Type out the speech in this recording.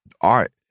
art